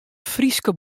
fryske